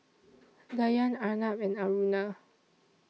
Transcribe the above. Dhyan Arnab and Aruna